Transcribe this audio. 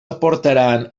aportaran